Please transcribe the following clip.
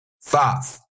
Five